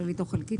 כללית או חלקית,